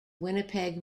winnipeg